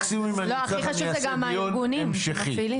מקסימום אני אעשה דיון המשכי.